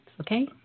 okay